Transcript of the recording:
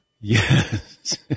Yes